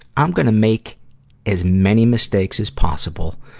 i'm gonna make as many mistakes as possible,